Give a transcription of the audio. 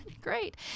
Great